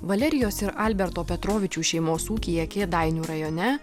valerijos ir alberto petrovičių šeimos ūkyje kėdainių rajone